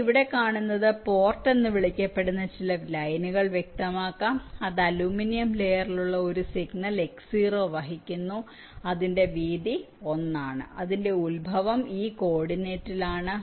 നിങ്ങൾ ഇവിടെ കാണുന്നത് പോർട്ട് എന്ന് വിളിക്കപ്പെടുന്ന ചില ലൈനുകൾ വ്യക്തമാക്കാം അത് അലുമിനിയം ലെയറിലുള്ള ഒരു സിഗ്നൽ x0 വഹിക്കുന്നു അതിന്റെ വീതി 1 ആണ് അതിന്റെ ഉത്ഭവം ഈ കോർഡിനേറ്റിലാണ്